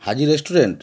Haji restaurant